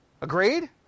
Agreed